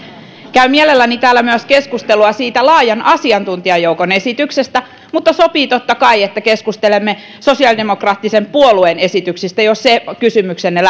käyn mielelläni täällä keskustelua myös siitä laajan asiantuntijajoukon esityksestä mutta sopii totta kai että keskustelemme sosiaalidemokraattisen puolueen esityksestä jos se kysymyksenne